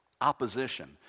opposition